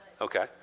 Okay